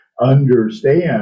understand